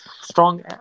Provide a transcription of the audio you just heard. strong